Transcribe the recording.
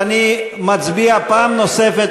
נצביע פעם נוספת,